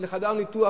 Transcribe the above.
וגם לחדר ניתוח,